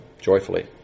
joyfully